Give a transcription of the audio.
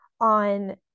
on